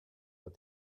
but